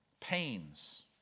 Pains